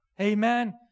Amen